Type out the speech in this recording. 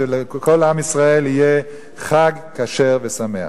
שלכל עם ישראל יהיה חג כשר ושמח.